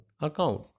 account